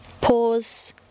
pause